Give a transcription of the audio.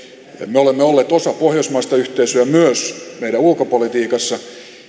me olemme olleet osa pohjoismaista yhteisöä myös meidän ulkopolitiikassamme